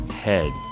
head